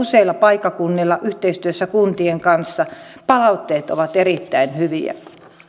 jo useilla paikkakunnilla yhteistyössä kuntien kanssa palautteet ovat erittäin hyviä